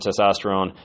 testosterone